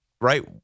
Right